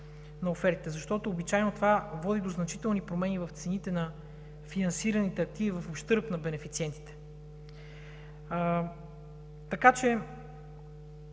на офертите, защото обичайно това води до значителни промени в цените на финансираните активи в ущърб на бенефициентите.